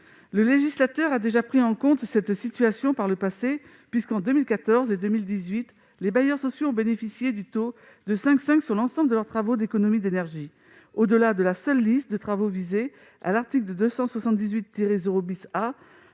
Le législateur a déjà pris en compte cette situation par le passé. Ainsi, entre 2014 et 2018, les bailleurs sociaux ont bénéficié du taux de 5,5 % sur l'ensemble de leurs travaux d'économie d'énergie, au-delà de la seule liste de travaux visés à l'article 278-0 A,